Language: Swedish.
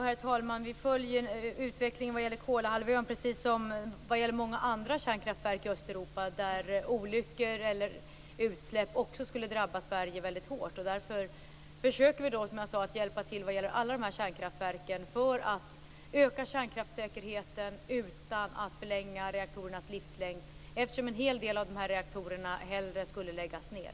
Herr talman! Vi följer utvecklingen vad gäller Kolahalvön - liksom många andra kärnkraftverk i Östeuropa - eftersom olyckor eller utsläpp där också skulle drabba Sverige väldigt hårt. Därför försöker vi, som jag sagt, att hjälpa till vad gäller alla de här kärnkraftverken för att öka kärnkraftssäkerheten utan att förlänga reaktorernas livslängd. En hel del av de här reaktorerna borde ju hellre läggas ned.